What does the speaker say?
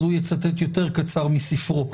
אז הוא יצטט יותר קצר מספרו.